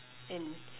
and